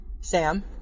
Sam